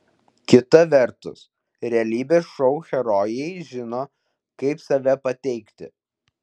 kita vertus realybės šou herojai žino kaip save pateikti